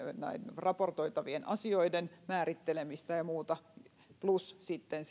raportoitavien asioiden määrittelemistä ja muuta plus sitten